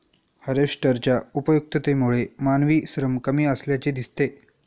हार्वेस्टरच्या उपयुक्ततेमुळे मानवी श्रम कमी असल्याचे दिसते